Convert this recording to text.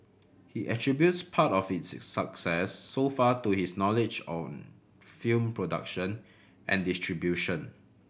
he attributes part of its success so far to his knowledge of film production and distribution